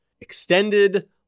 Extended